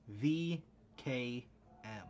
V-K-M